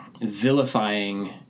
vilifying